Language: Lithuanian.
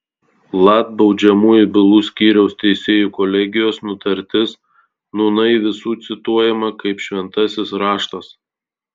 lat baudžiamųjų bylų skyriaus teisėjų kolegijos nutartis nūnai visų cituojama kaip šventasis raštas